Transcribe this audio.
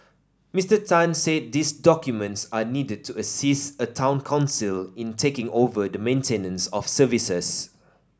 Mister Tan said these documents are needed to assist a Town Council in taking over the maintenance of services